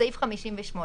בסעיף 58,